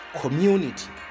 community